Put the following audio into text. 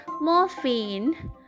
morphine